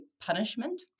punishment